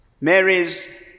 Mary's